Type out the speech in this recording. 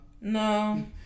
No